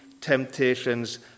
temptations